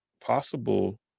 possible